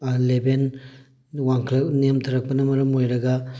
eleven ꯋꯥꯡꯈꯠꯂꯛ ꯅꯦꯝꯊꯔꯛꯄꯅ ꯃꯔꯝ ꯑꯣꯏꯔꯒ